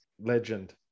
Legend